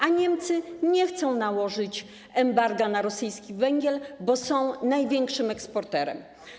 A Niemcy nie chcą nałożyć embarga na rosyjski węgiel, bo są największym eksporterem.